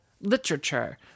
literature